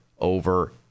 over